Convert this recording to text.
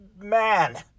man